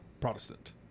Protestant